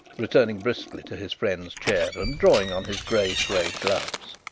returning briskly to his friend's chair, and drawing on his grey suede gloves.